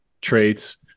traits